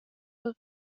per